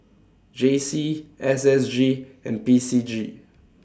J C S S G and P C G